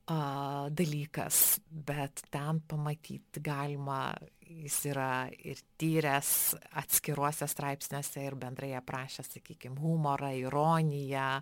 dalykas bet ten pamatyt galima jis yra ir tyręs atskiruose straipsniuose ir bendrai aprašęs sakykim humorą ironiją